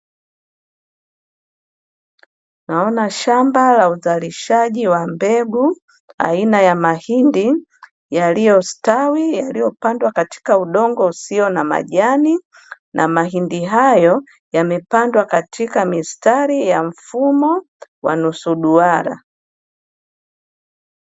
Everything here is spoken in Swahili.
Naona shamba la uzalishaji wa mbegu aina ya mahindi yaliyostawi, yaliyopandwa katika udongo usio na majani; na mahindi hayo yamepandwa katika mistari ya mfumo wa nusu duara.